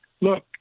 look